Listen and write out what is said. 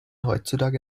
heutzutage